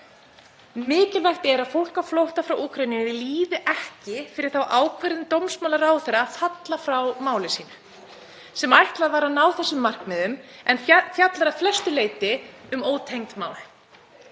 Mikilvægt er að fólk á flótta frá Úkraínu líði ekki fyrir þá ákvörðun dómsmálaráðherra að falla frá máli sínu sem ætlað var að ná þessum markmiðum en fjallar að flestu leyti um ótengd mál.